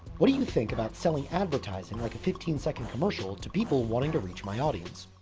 what do you think about selling advertisement like a fifteen second commercial to people wanting to reach my audience?